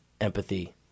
empathy